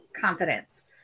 confidence